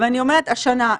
השנה,